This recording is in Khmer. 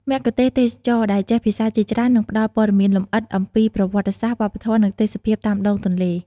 មគ្គុទ្ទេសក៍ទេសចរណ៍ដែលចេះភាសាជាច្រើន នឹងផ្តល់ព័ត៌មានលម្អិតអំពីប្រវត្តិសាស្ត្រ វប្បធម៌ និងទេសភាពតាមដងទន្លេ។